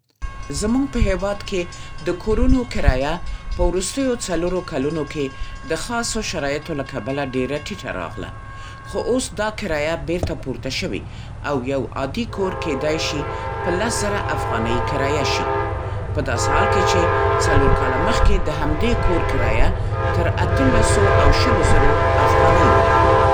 زموږ په هېواد کې د کورونو کرایه په وروستیو څلورو کلونو کې د خاصو شرایطو له کبله ډېره ټیټه راغله. خو اوس دا کرایه بېرته پورته شوې او یو عادي کور کېدای شې په لس زره افغانۍ کرایه شي. په داسې حال کې چې څلور کاله مخکې د همدې کور کرایه تر اتلسو او شلو زرو افغانۍ وه.